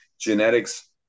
genetics